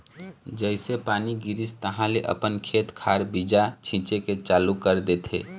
जइसे पानी गिरिस तहाँले अपन खेत खार बीजा छिचे के चालू कर देथे